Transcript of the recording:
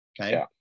Okay